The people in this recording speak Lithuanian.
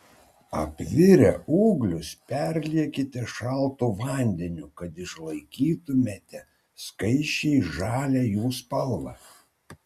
apvirę ūglius perliekite šaltu vandeniu kad išlaikytumėte skaisčiai žalią jų spalvą